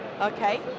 okay